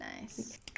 nice